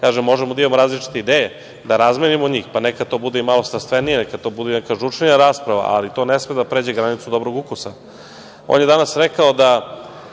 Kažem, možemo da imamo različite ideje, da razmenimo njih, pa neka to bude i malo strastvenije, neka to bude neka žučnija rasprava, ali to ne sme da pređe granicu dobrog ukusa. On je danas rekao da